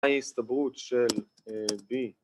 ‫ההסתברות של B.